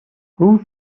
who